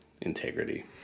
Integrity